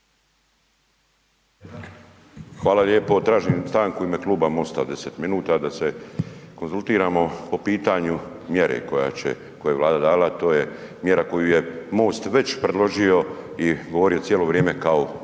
Hvala lijepo, tražim stanku u ime Kluba MOST-a 10 minuta da se konzultiramo po pitanju mjere koja će, koju je Vlada dala, a to je mjera koju je MOST već predložio i govorio cijelo vrijeme kao u